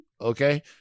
Okay